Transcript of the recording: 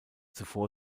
zuvor